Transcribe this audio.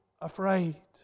afraid